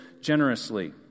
generously